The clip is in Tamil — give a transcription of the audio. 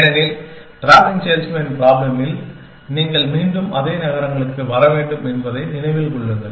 ஏனெனில் டிராவலிங் சேல்ஸ்மேன் பிராப்ளமில் நீங்கள் மீண்டும் அதே நகரங்களுக்கு வர வேண்டும் என்பதை நினைவில் கொள்ளுங்கள்